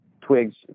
twigs